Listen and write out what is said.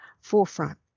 forefront